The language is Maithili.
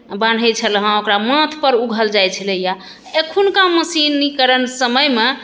बान्हे छलै ओकरा माथपर उघल जाइ छलैए एखुनका मशीनीकरण समयमे